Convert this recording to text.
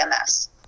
EMS